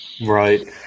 Right